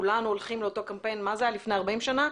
כולנו הולכים לאותו קמפיין זה היה לפני 40 שנה?